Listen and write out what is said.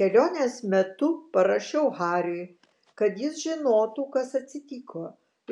kelionės metu parašiau hariui kad jis žinotų kas atsitiko